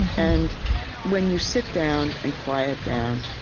and when you sit down and quiet down,